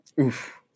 Oof